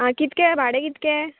आं कितके भाडें कितके